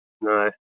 No